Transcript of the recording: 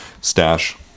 Stash